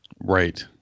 right